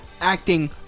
acting